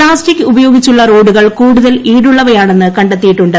plastic ഉപയോഗിച്ചുള്ള റോഡുകൾ കൂടുതൽ ഈടുള്ളവയാണെന്ന് കണ്ടെത്തിയിട്ടുണ്ട്